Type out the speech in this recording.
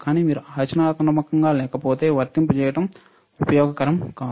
కానీ మీరు ఆచరణాత్మకంగా లేకపోతే వర్తింపజేయడం ఉపయోగకరం కాదు